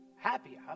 Happy